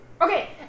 Okay